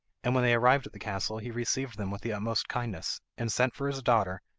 and when they arrived at the castle he received them with the utmost kindness, and sent for his daughter,